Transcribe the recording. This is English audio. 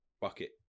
bucket